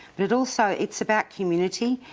but also it's about community,